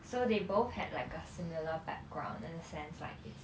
so they both had like a similar background in a sense like it's